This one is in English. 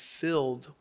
filled